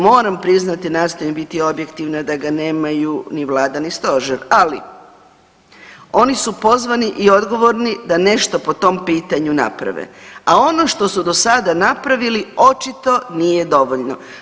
Moram priznati i nastojim biti objektivna da ga nemaju ni vlada ni stožer, ali oni su pozvani i odgovorni da nešto po tom pitanju naprave, a ono što su do sada napravili očito nije dovoljno.